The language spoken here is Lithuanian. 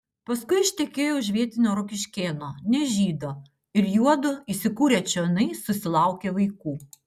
paskui ištekėjo už vietinio rokiškėno ne žydo ir juodu įsikūrę čionai susilaukė vaikų